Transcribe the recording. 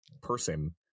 person